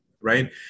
right